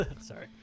Sorry